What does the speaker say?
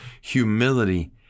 humility